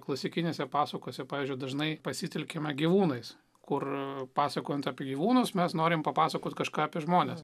klasikinėse pasakose pavyzdžiui dažnai pasitelkiame gyvūnais kur pasakojant apie gyvūnus mes norim papasakot kažką apie žmones